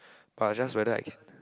but just whether I can